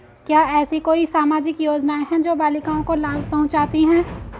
क्या ऐसी कोई सामाजिक योजनाएँ हैं जो बालिकाओं को लाभ पहुँचाती हैं?